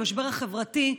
המשבר החברתי,